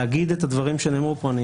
אני רוצה להתייחס לאמירות שנאמרו כאן.